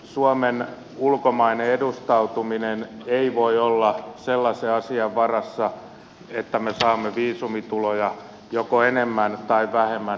suomen ulkomainen edustautuminen ei voi olla sellaisen asian varassa että me saamme viisumituloja joko enemmän tai vähemmän